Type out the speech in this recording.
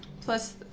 Plus